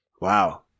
Wow